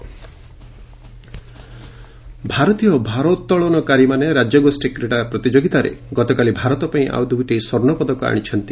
common wealth Games ଭାରତୀୟ ଭାରୋତ୍ତଳନକାରୀମାନେ ରାଜ୍ୟଗୋଷ୍ଠୀ କ୍ରୀଡ଼ା ପ୍ରତିଯୋଗିତାରେ ଗତକାଲି ଭାରତ ପାଇଁ ଆଉ ଦୁଇଟି ସ୍ୱର୍ଣ୍ଣ ପଦକ ଆଣିଛନ୍ତି